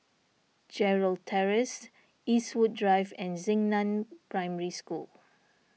Gerald Terrace Eastwood Drive and Xingnan Primary School